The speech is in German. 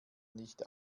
nicht